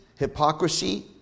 Hypocrisy